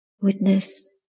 Witness